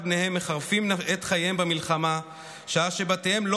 בניהם מחרפים את חייהם במלחמה שעה שבתיהם לא